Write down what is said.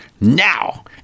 now